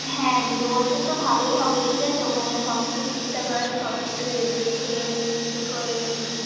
হ্যাঁ দুটো বছর তো ভালোই হবে ঠিক আছে ওখানে সব কিছু ঠিকঠাক আছে সব কিছু এয়ের দিক থেকে ঠিক হয়ে গেলেই ভালো